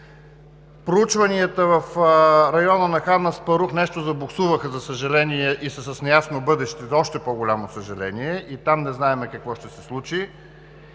Проучванията в района на „Хан Аспарух“ нещо забуксуваха, за съжаление, и са с неясно бъдеще, за още по-голямо съжаление, и там не знаем какво ще се случи.